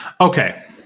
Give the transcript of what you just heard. Okay